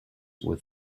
with